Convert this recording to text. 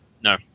No